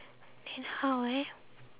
then how eh